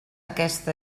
aquest